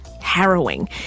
harrowing